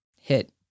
hit